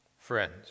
friends